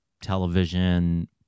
television